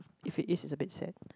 if it is is a bit sad